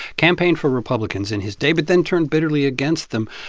campaigned for republicans in his day, but then turned bitterly against them,